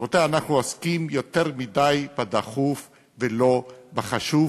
רבותי, אנחנו עוסקים יותר מדי בדחוף ולא בחשוב,